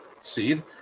seed